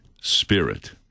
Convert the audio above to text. spirit